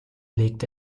legte